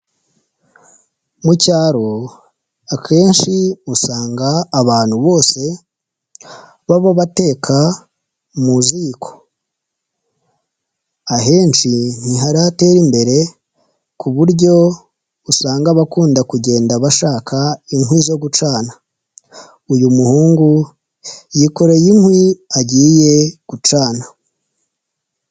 Mu cyaro akenshi usanga abantu bose baba bateka mu ziko, ahenshi ntiharatera imbere ku buryo usanga abakunda kugenda bashaka inkwi zo gucana, uyu muhungu yikoreye inkwi agiye gucana.